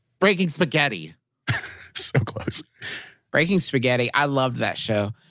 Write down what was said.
breaking spaghetti so close breaking spaghetti. i love that show.